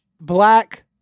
black